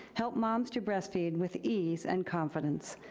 helped moms to breastfeed with ease and confidence.